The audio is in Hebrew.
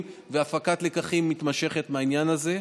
והפקת לקחים מתמשכת מהעניין הזה.